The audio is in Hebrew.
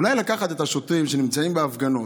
אולי לקחת את השוטרים שנמצאים בהפגנות,